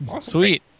Sweet